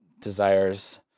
desires